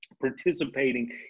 participating